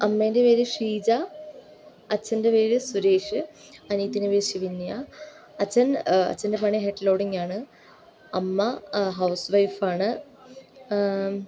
അമ്മേൻ്റെ പേര് ഷീജ അച്ഛൻ്റ പേര് സുരേഷ് അനിയത്തിയുടെ പേര് ശിവന്യ അച്ഛൻ അച്ഛൻ്റെ പണി ഹെഡ് ലോഡിങ്ങ് ആണ് അമ്മ ഹൗസ് വൈഫ് ആണ്